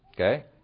Okay